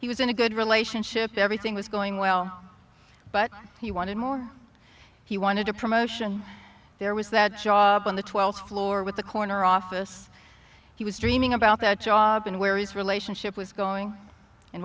he was in a good relationship everything was going well but he wanted more he wanted a promotion there was that job on the twelfth floor with the corner office he was dreaming about that job and where his relationship was going and